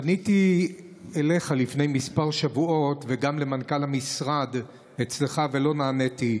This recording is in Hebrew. פניתי אליך לפני כמה שבועות וגם למנכ"ל המשרד אצלך ולא נעניתי.